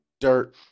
dirt